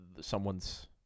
someone's